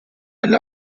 einen